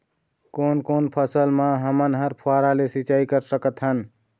कोन कोन फसल म हमन फव्वारा ले सिचाई कर सकत हन?